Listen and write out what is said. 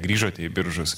grįžote į biržus